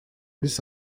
this